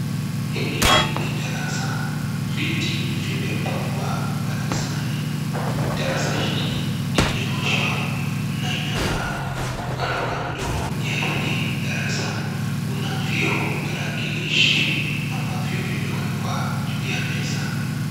Hili ni darasa, viti vimepangwa darasani, darasa hii imeoshwa nainang'aa kando kando ya hii darasa kunavyo tarakalishi ambavyo vimewekwa juu ya meza.